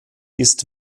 ist